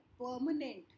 permanent